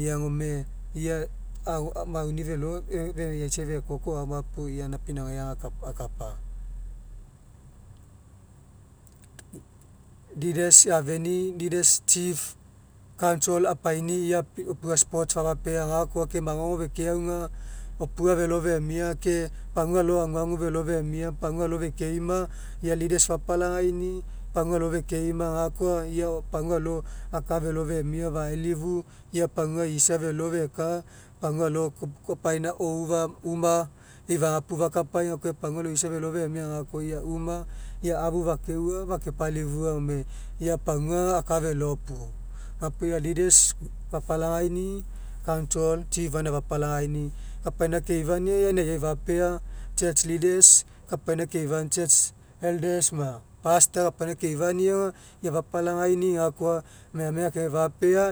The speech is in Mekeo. Ia gome ia au mauni felo eaisai fekoko aoma puo ia gaina pinauga akapa. Leaders a'afenii leaders cheif council apaini'i apa opua sports fapapeai gakoa ke magogo fekeaiga opua felo femia ke pagua alo aguagu felo femia pagua alo fekeima ia leaders fapalagaini'i pagua alo fekeima ia gakoa pagua alo aka felo femia gakoa ia uma ia afu fakeuga fakepalifua gome ia a pagua aka felo puo. Gapuo ia leaders fapalagaini'i council cheif gaina fapalagaini'i kapaina keifania aga ainaiai fapea. Church leader kapaina keifa church elders ma pastor kapaina keifani'i aga ia fapalagaini'i gakoa megamega keagagai fapea